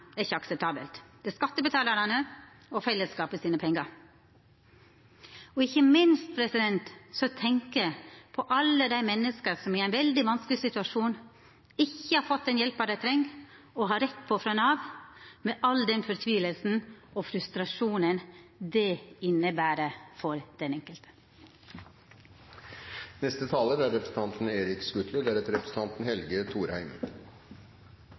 er ikkje akseptabelt. Det er skattebetalarane og fellesskapet sine pengar. Ikkje minst tenkjer eg på alle dei menneska som i ein veldig vanskeleg situasjon ikkje har fått den hjelpa dei treng og har rett på frå Nav, med all den fortvilinga og frustrasjonen det inneber for den